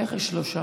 איך יש שלושה?